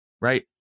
right